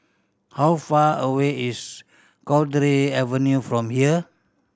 how far away is Cowdray Avenue from here